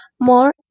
More